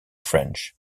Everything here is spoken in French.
french